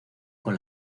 con